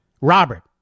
Robert